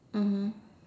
mmhmm